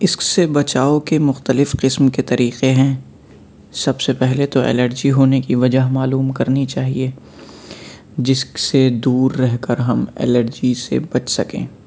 اس سے بچاؤ کے مختلف قسم کے طریقے ہیں سب سے پہلے تو الرجی ہونے کی وجہ معلوم کرنی چاہیے جس سے دور رہ کر ہم الرجی سے بچ سکیں